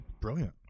brilliant